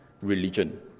religion